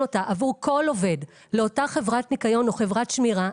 אותה עבור כל עובד לאותה חברת ניקיון או חברת שמירה,